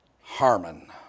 Harmon